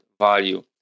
Value